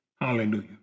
Hallelujah